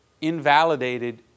invalidated